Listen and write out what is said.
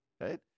right